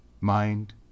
mind